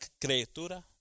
criatura